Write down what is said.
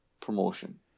promotion